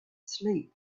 sleep